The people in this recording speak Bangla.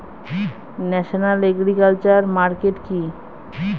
ন্যাশনাল এগ্রিকালচার মার্কেট কি?